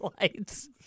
lights